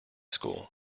school